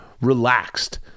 relaxed